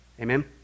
Amen